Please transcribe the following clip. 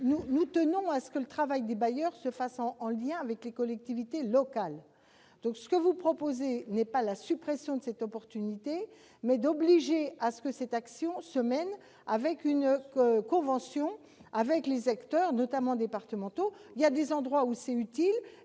tenons à ce que le travail des bailleurs se fasse en lien avec les collectivités locales. Absolument ! Vous proposez non pas de supprimer cette opportunité, mais d'obliger que cette action se mène au travers d'une convention avec les acteurs, notamment départementaux. Il y a des endroits où c'est utile.